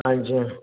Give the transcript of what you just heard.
আচ্ছা